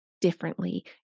differently